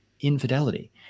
infidelity